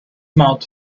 mouth